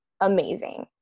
amazing